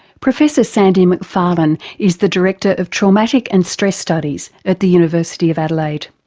professor sandy mcfarlane is the director of traumatic and stress studies at the university of adelaide.